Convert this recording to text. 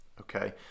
okay